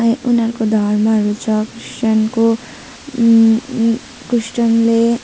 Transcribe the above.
उनीहरूको धर्महरू छ क्रिस्चियनको क्रिस्चियनले